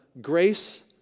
grace